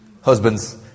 Husbands